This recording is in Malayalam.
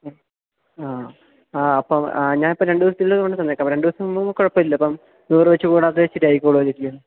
മ്മ് ആ ആ അപ്പോള് ആ ഞാനിപ്പോള് രണ്ട് ദിവസത്തിനുള്ളില് കൊണ്ടുതന്നേക്കാം രണ്ട് ദിവസം കുഴപ്പമില്ലല്ലോ ഇപ്പം അപ്പം